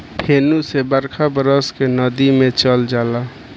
फेनू से बरखा बरस के नदी मे चल जाला